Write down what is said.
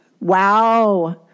Wow